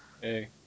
Hey